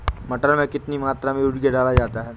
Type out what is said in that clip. मटर में कितनी मात्रा में यूरिया डाला जाता है?